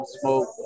smoke